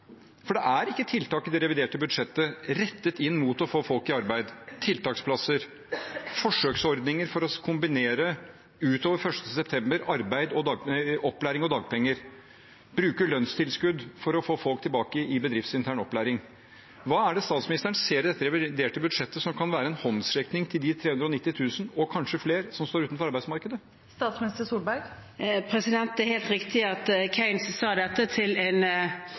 For det er ikke tiltak i det reviderte budsjettet rettet inn mot å få folk i arbeid: tiltaksplasser, forsøksordninger for å kombinere – utover 1. september – opplæring og dagpenger, eller å bruke lønnstilskudd for å få folk tilbake i bedriftsintern opplæring. Hva er det statsministeren ser i dette reviderte budsjettet som kan være en håndsrekning til de 390 000 og kanskje flere som står utenfor arbeidsmarkedet? Det er helt riktig at Keynes sa dette som en